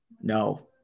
No